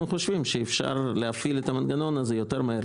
אנחנו חושבים שאפשר להפעיל את המנגנון הזה יותר מהר.